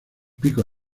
pico